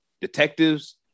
detectives